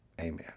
amen